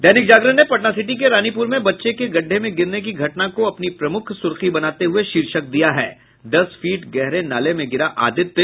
दैनिक जागरण ने पटना सिटी के रानीपुर में बच्चे के गड्डे में गिरने की घटना को अपनी प्रमुख सुर्खी बनाते हुये शीर्षक दिया है दस फीट गहरे नाले में गिरा आदित्य